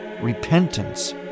repentance